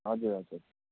हजुर हजुर